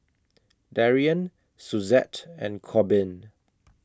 Darion Suzette and Corbin